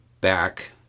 back